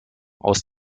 aus